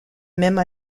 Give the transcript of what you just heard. même